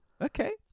Okay